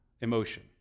emotion